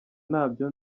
ntabyo